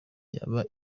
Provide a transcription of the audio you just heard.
yaba